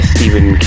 Stephen